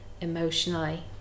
emotionally